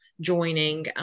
joining